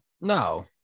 no